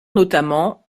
notamment